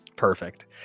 Perfect